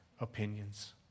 opinions